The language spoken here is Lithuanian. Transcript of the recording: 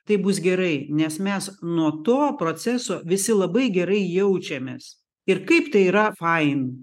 tai bus gerai nes mes nuo to proceso visi labai gerai jaučiamės ir kaip tai yra fain